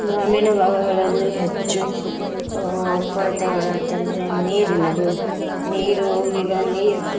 ಗ್ರಾಮೀಣ ಭಾಗಗಳಲ್ಲಿ ಹೆಚ್ಚು ಕೊರತೆಗಳಂತಂದರೆ ನೀರಿನದು ನೀರು ಈಗ ನೀರು